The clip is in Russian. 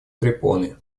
препоны